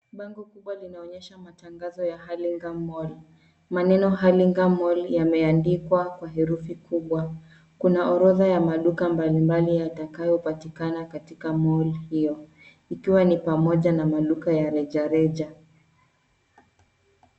Bango kubwa linaonyesha matangazo ya Hurlingham Mall . Maneno Hurlingham Mall yameandikwa kwa herufi kubwa. Kuna orodha ya maduka mbali mbali yatakayopatikana katika Mall hiyo, ikiwa ni pamoja na maduka ya rejareja.